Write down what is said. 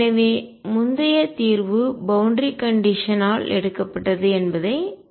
எனவே முந்தைய தீர்வு பவுண்டரி கண்டிஷன் எல்லை நிபந்தனை யால் எடுக்கப்பட்டது என்பதை நினைவில் கொள்க